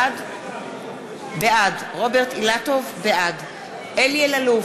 בעד אלי אלאלוף,